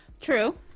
True